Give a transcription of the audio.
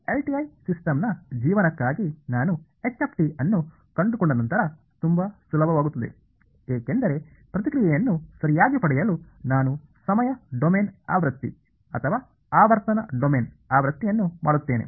LTI ಸಿಸ್ಟಮ್ನ ಜೀವನಕ್ಕಾಗಿ ನಾನು h ಅನ್ನು ಕಂಡುಕೊಂಡ ನಂತರ ತುಂಬಾ ಸುಲಭವಾಗುತ್ತದೆ ಏಕೆಂದರೆ ಪ್ರತಿಕ್ರಿಯೆಯನ್ನು ಸರಿಯಾಗಿ ಪಡೆಯಲು ನಾನು ಸಮಯ ಡೊಮೇನ್ ಆವೃತ್ತಿ ಅಥವಾ ಆವರ್ತನ ಡೊಮೇನ್ ಆವೃತ್ತಿಯನ್ನು ಮಾಡುತ್ತೇನೆ